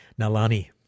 Nalani